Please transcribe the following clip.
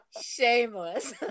Shameless